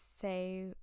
say